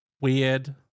weird